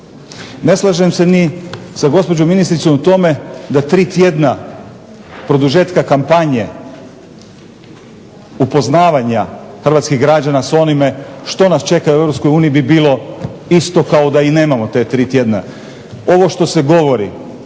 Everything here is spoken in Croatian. Ne slažem se ni sa gospođom ministricom u tome da tri tjedna produžetka kampanje upoznavanja hrvatskih građana s onime što nas čeka u EU bi bilo isto kao da i nemamo ta tri tjedna. Ono što se govori,